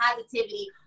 positivity